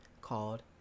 called